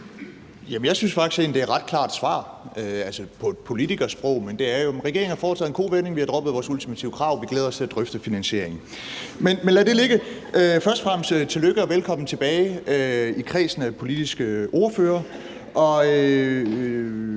Jeg synes egentlig, det er et ret klart svar – altså på et politikersprog. Men det er jo: Regeringen har foretaget en kovending, vi har droppet vores ultimative krav, vi glæder os til at drøfte finansieringen. Men lad det ligge. Først og fremmest tillykke, og velkommen tilbage i kredsen af politiske ordførere.